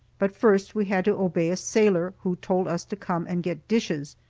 but first we had to obey a sailor, who told us to come and get dishes.